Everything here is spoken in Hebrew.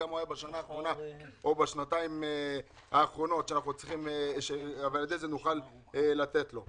כמה הוא היה בשנה האחרונה או בשנתיים האחרונות ועל יד זה נוכל לתת לו.